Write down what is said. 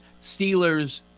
Steelers